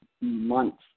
months